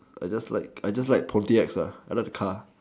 I just like poetics I like the car